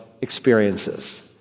experiences